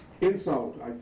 insult